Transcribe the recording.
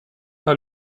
par